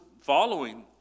following